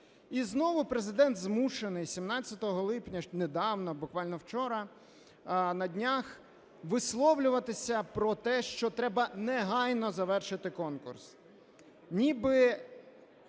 І знову Президент змушений 17 липня, недавно, буквально вчора, на днях, висловлюватися про те, що треба негайно завершити конкурс,